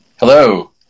Hello